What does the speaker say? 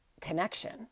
connection